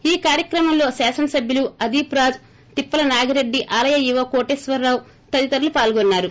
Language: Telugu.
ఈ కార్యక్రమంలో శాసన సభ్యులు అదీప్ రాజ్ తిప్సల నాగిరెడ్లి ఆలయ ఈవో కోటేశ్వరరావు తదితరులు పాల్గొన్నారు